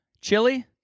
Chili